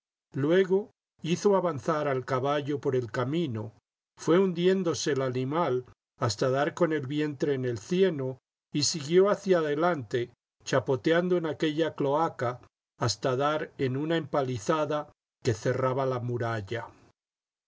luego hizo avanzar al caballo por el camino fué hundiéndose el animal hasta dar con el vientre en el cieno y siguió hacia adelante chapoteando en aquella cloaca hasta dar en una empalizada que cerraba la muralla